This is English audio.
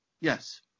Yes